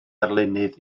arlunydd